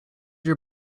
your